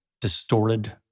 distorted